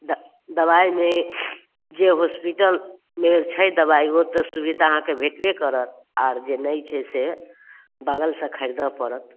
दऽ दबाइमे जे हॉस्पिटलमे छै दवाइ ओतऽ सुविधा अहाँके भेटबे करत आर जे नहि छै से बगलसँ खरीदऽ पड़त